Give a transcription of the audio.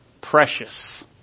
precious